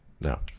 No